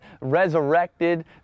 resurrected